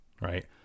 Right